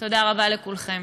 תודה רבה לכולכם.